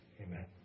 Amen